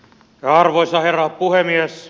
arvoisa herra puhemies